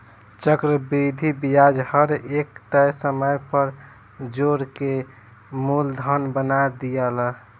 चक्रविधि ब्याज हर एक तय समय पर जोड़ के मूलधन बना दियाला